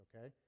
okay